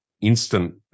instant